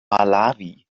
malawi